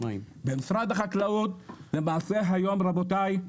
במשרד החקלאות למעשה היום רבותי,